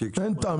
אין טעם,